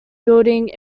building